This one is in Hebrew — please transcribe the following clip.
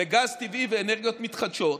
בגז טבעי ובאנרגיות מתחדשות,